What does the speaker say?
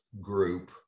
group